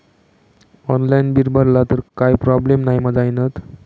Online bill भरला तर काय प्रोब्लेम नाय मा जाईनत?